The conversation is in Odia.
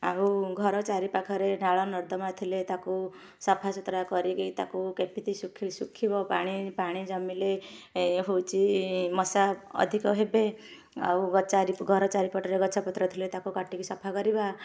ଆଉ ଘର ଚାରିପାଖରେ ନାଳ ନର୍ଦ୍ଦମା ଥିଲେ ତାକୁ ସଫାସୁତୁରା କରିକି ତାକୁ କେମିତି ଶୁଖି ଶୁଖିବ ପାଣି ପାଣି ଜମିଲେ ହଉଛି ମଶା ଅଧିକ ହେବେ ଆଉ ଗ ଚାରି ଘର ଚାରି ପଟରେ ଗଛପତ୍ର ଥିଲେ ତାକୁ କାଟିକି ସଫା କରିବା